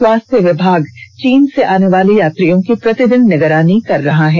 स्वास्थ्य विभाग चीन से आने वाले यात्रियों की प्रतिदिन निगरानी कर रहा है